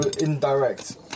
indirect